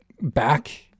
back